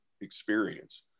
experience